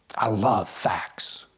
i love facts.